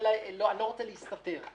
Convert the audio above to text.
אני לא רוצה להסתתר.